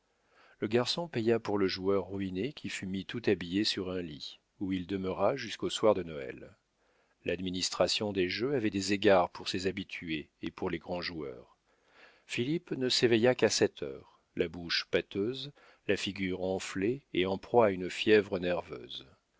le garçon paya pour le joueur ruiné qui fut mis tout habillé sur un lit où il demeura jusqu'au soir de noël l'administration des jeux avait des égards pour ses habitués et pour les grands joueurs philippe ne s'éveilla qu'à sept heures la bouche pâteuse la figure enflée et en proie à une fièvre nerveuse